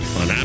on